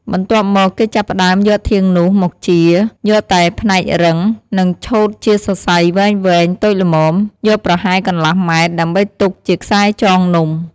បន្ទាប់មក គេចាប់ផ្ដើមយកធាងនោះ មកចៀរ យកតែផ្នែករឹង និងឆូតជាសរសៃវែងៗតូចល្មម យកប្រហែលកន្លះម៉ែត្រ ដើម្បីទុកជាខ្សែចងនំ។